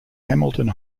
hamilton